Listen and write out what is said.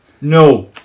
No